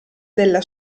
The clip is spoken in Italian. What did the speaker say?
della